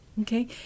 Okay